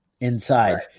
inside